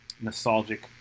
nostalgic